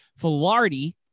Filardi